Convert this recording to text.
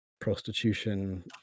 prostitution